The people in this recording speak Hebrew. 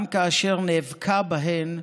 גם כאשר נאבקה בהן,